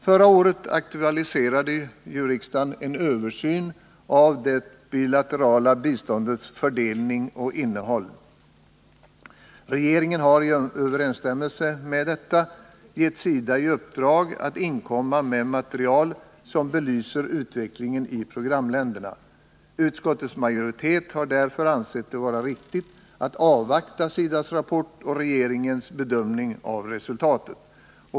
Förra året aktualiserade riksdagen en översyn av det bilaterala biståndets fördelning och innehåll. Regeringen har i överensstämmelse med detta gett SIDA i uppdrag att inkomma med material som belyser utvecklingen i programländerna. Utskottets majoritet har därför ansett det vara riktigt att avvakta SIDA:s rapport och regeringens bedömning av resultatet.